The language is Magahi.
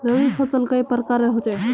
रवि फसल कई प्रकार होचे?